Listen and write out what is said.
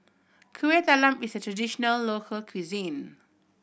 Kuih Talam is a traditional local cuisine